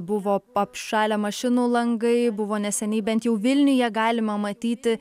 buvo apšalę mašinų langai buvo neseniai bent jau vilniuje galima matyti